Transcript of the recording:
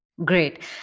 Great